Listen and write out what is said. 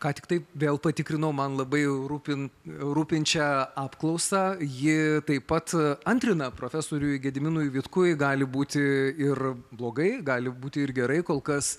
ką tiktai vėl patikrinau man labai rūpi rūpinčią apklausą ji taip pat antrina profesoriui gediminui vitkui gali būti ir blogai gali būti ir gerai kol kas